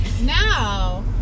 now